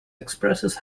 expresses